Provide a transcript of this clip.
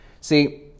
See